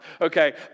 okay